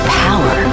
power